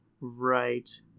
right